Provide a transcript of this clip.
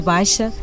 Baixa